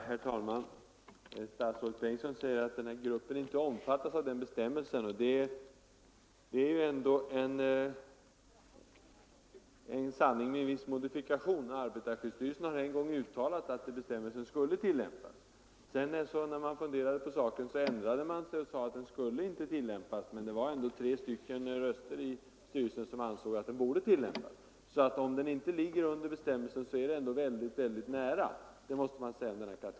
Herr talman! Statsrådet Bengtsson säger att denna grupp inte omfattas av bestämmelsen i arbetarskyddslagen. Det är ändå en sanning med viss modifikation. Arbetarskyddsstyrelsen har en gång uttalat att bestämmelsen skall tillämpas. Sedan styrelsen funderat på saken ändrade den sig och sade att bestämmelsen inte skall tillämpas. Men tre ledamöter av styrelsen ansåg att bestämmelsen borde tillämpas. Om denna kategori inte ligger under bestämmelsen, ligger den i alla fall väldigt nära.